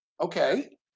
okay